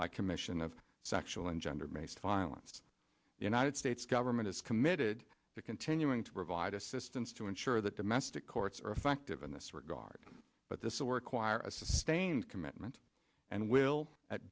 by commission of sexual and gender based violence the united states government is committed to continuing to provide assistance to ensure that domestic courts are effective in this regard but this or require a sustained commitment and will at